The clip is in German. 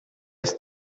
ist